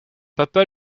papa